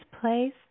place